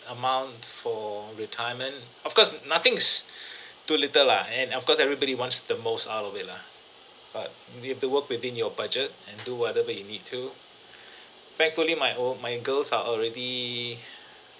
amount for retirement of course nothing's too little lah and of course everybody wants the most out of it lah but you have to work within your budget and do whether you need to thankfully my own my girls are already